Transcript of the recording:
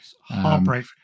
heartbreak